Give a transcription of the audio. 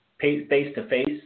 face-to-face